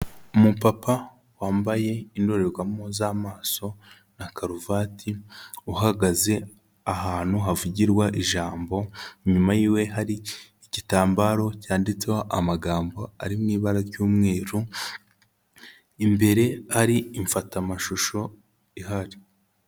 Umupapa wambaye indorerwamo z'amaso na karuvati, uhagaze ahantu havugirwa ijambo, nyuma yiwe hari igitambaro cyanditseho amagambo ari mu ibara ry'umweru, imbere hari imfatamashusho ihari.